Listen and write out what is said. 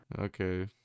Okay